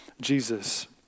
Jesus